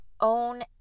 own